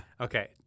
okay